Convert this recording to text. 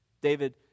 David